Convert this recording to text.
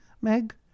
Meg